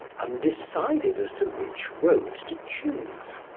undecided as to which road to choose.